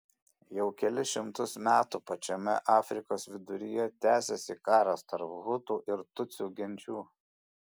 jau kelis šimtus metų pačiame afrikos viduryje tęsiasi karas tarp hutų ir tutsių genčių